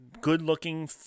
good-looking